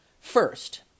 first